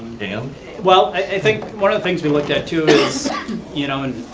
and well, i think one of the things we looked at too is you know in